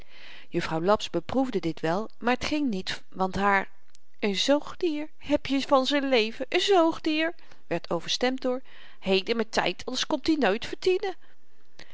juffrouw laps beproefde dit wel maar t ging niet want haar n zoogdier hebje van z'n leven n zoogdier werd overstemd door hedenm'ntyd anders komt i nooit